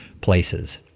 places